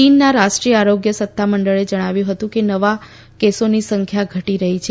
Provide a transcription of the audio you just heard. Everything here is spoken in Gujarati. ચીનના રાષ્ટ્રીય આરોગ્ય સત્તા મંડળે જણાવ્યું હતું કે નવા કેસોની સંખ્યા ઘટી રહી છે